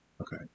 okay